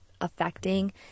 affecting